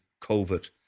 COVID